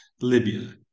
Libya